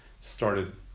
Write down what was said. started